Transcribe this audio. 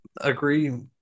agree